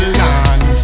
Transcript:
land